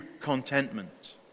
contentment